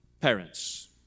parents